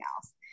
else